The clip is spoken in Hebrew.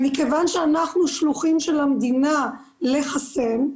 מכיוון שאנחנו שלוחים של המדינה לחסן,